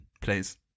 please